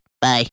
Bye